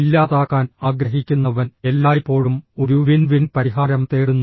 ഇല്ലാതാക്കാൻ ആഗ്രഹിക്കുന്നവൻ എല്ലായ്പ്പോഴും ഒരു വിൻ വിൻ പരിഹാരം തേടുന്നു